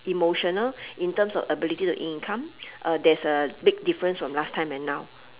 emotional in terms of ability in income uh there's a big difference from last time and now